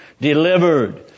delivered